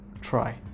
try